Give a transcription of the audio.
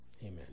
Amen